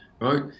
right